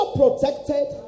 protected